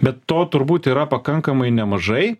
bet to turbūt yra pakankamai nemažai